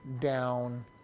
down